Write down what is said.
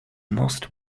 most